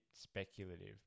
speculative